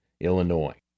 Illinois